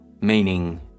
meaning